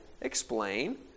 explain